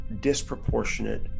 disproportionate